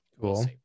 cool